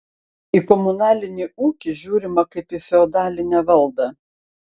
į komunalinį ūkį žiūrima kaip į feodalinę valdą